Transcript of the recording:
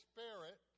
Spirit